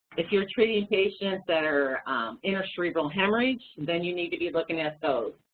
if you're treating patients that are intracerebral hemorrhage, then you need to be looking at those.